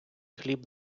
хліб